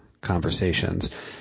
conversations